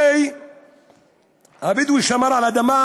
הרי הבדואי שמר על האדמה